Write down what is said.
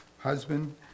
husband